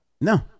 No